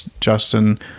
Justin